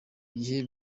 gihe